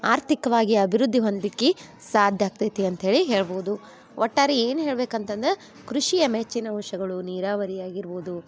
ಆರ್ಥಿಕ್ವಾಗಿ ಅಭಿವೃದ್ಧಿ ಹೊಂದಲಿಕ್ಕೆ ಸಾಧ್ಯ ಆಗ್ತೈತಿ ಅಂತ್ಹೇಳಿ ಹೇಳ್ಬೋದು ಒಟ್ಟಾರೆ ಏನು ಹೇಳ್ಬೇಕು ಅಂತಂದ್ರೆ ಕೃಷಿಯ ಮೆಚ್ಚಿನ ವಿಷಯಗಳು ನೀರಾವರಿ ಆಗಿರ್ಬೋದು